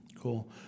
Cool